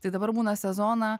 tai dabar būna sezoną